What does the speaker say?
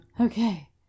Okay